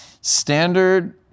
Standard